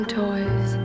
toys